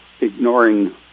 ignoring